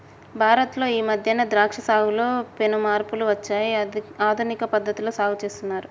భారత్ లో ఈ మధ్యన ద్రాక్ష సాగులో పెను మార్పులు వచ్చాయి ఆధునిక పద్ధతిలో సాగు చేస్తున్నారు